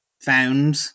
found